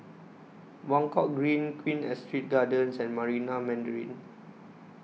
Buangkok Green Queen Astrid Gardens and Marina Mandarin